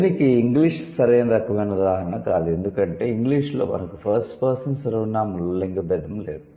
దీనికి ఇంగ్లీష్ సరైన రకమైన ఉదాహరణ కాదు ఎందుకంటే ఇంగ్లీషులో మనకు ఫస్ట్ పర్సన్ సర్వనామంలో లింగ భేదం లేదు